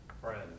Friend